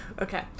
Okay